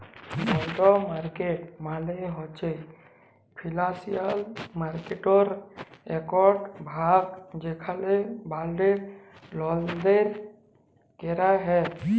বল্ড market মালে হছে financial মার্কেটটর একট ভাগ যেখালে বল্ডের লেলদেল ক্যরা হ্যয়